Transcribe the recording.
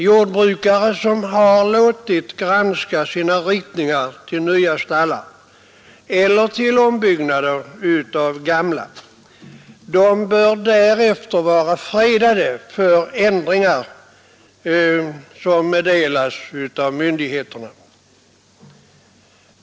Jordbrukare som låtit granska sina ritningar till nya stallar eller till ombyggnad av gamla borde därefter vara fredade för de ändringar som meddelas av myndigheterna.